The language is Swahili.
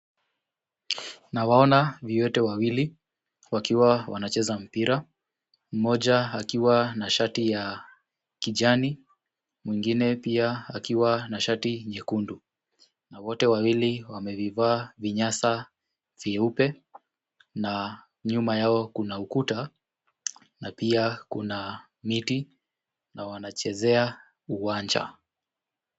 Nawaona viwete wawili wakiwa wanacheza mpira mmoja akiwa na shati ya kijani mwingine pia akiwa na shati nyekundu na wote wawili wamevivaa vinyasa vyeupe na nyuma yao kuna ukuta na pia kuna miti na wanachezea uwanja.